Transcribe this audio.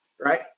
right